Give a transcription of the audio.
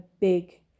big